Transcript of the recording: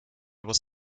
was